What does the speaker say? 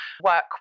work